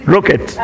Rocket